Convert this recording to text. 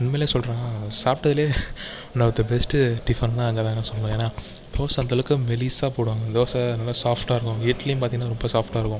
உண்மையில் சொல்கிறேன் நான் சாப்பிட்டதுலே ஒன் ஆஃப் த பெஸ்ட்டு டிஃபன்னா அங்கே தான் நான் சொல்வேன் ஏன்னா தோசை அந்தளவுக்கு மெலிதா போடுவாங்க தோசை நல்லா சாஃப்ட்டாக இருக்கும் இட்லியும் பார்த்திங்கன்னா ரொம்ப சாஃப்ட்டாக இருக்கும்